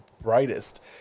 brightest